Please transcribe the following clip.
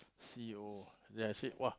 see oh then I said !wah!